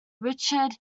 richard